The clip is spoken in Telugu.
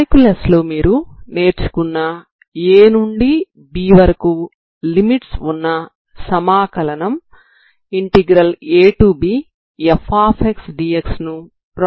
క్యాలిక్యులస్ లో మీరు నేర్చుకున్న a నుండి b వరకు లిమిట్స్ వున్న సమాకలనం abfdx ను ప్రాపర్ ఇంటిగ్రల్ అంటాము